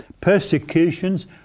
persecutions